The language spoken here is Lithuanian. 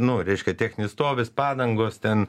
nu reiškia techninis stovis padangos ten